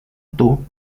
itu